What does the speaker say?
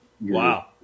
Wow